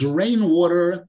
rainwater